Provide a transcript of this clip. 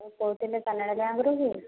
ଆପଣ କହୁଥିଲେ କାନାରା ବ୍ୟାଙ୍କରୁ କି